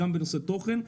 גם בנושא תוכן,